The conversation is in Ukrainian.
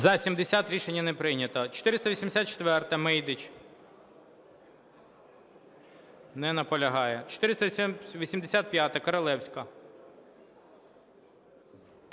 За-70 Рішення не прийнято. 484-а, Мейдич. Не наполягає. 485-а, Королевська.